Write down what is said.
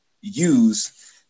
use